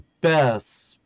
best